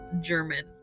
German